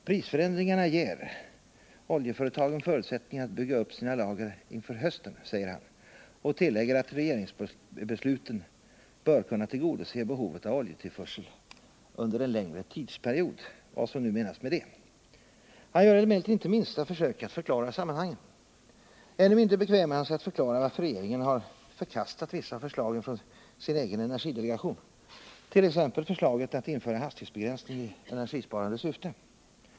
Prisförändringarna ger oljeföretagen förutsättningar att bygga upp sina lager inför hösten, säger han, och tillägger att regeringsbesluten bör kunna tillgodose behovet av oljetillförsel ”under en längre tidsperiod” — vad som nu menas med det. Handelsministern gör emellertid inte minsta försök att förklara sammanhangen. Ännu mindre bekvämar han sig att förklara varför regeringen har förkastat vissa förslag från sin egen energidelegation,t.ex. förslaget att införa hastighetsbegränsning i energisparande syfte.